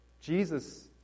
Jesus